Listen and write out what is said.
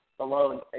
Alone